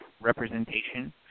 representation